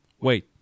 wait